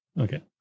Okay